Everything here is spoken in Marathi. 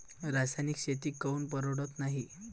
रासायनिक शेती काऊन परवडत नाई?